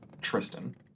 Tristan